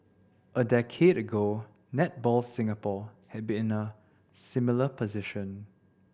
a decade ago Netball Singapore had been in a similar position